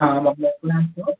हा मोकिलियांसि थो